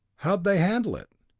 how'd they handle it?